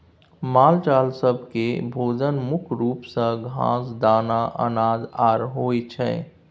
मालजाल सब केँ भोजन मुख्य रूप सँ घास, दाना, अनाज आर होइ छै